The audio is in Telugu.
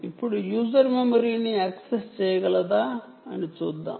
ఇప్పుడు యూజర్ మెమరీని యాక్సెస్ చేయగలదా అని చూద్దాం